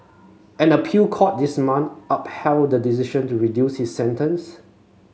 an appeal court this month upheld the decision to reduce his sentence